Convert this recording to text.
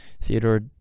Theodore